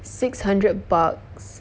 six hundred bucks